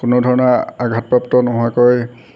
কোনো ধৰণৰ আঘাতপ্ৰাপ্ত নোহোৱাকৈ